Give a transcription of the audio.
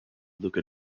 luca